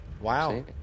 Wow